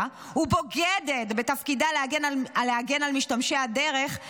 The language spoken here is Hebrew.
ובוגדת בתפקידה להגן על משתמשי הדרך,